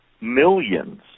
millions